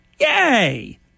yay